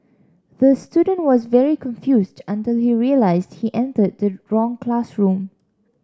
the student was very confused until he realised he entered the wrong classroom